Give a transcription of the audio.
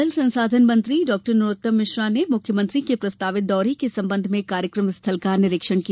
जल संसाधन मंत्री नरोत्तम मिश्र ने मुख्यमंत्री के प्रस्तावित दौरे के संबंध में कार्यक्रम स्थल का निरीक्षण किया